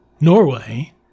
Norway